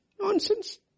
Nonsense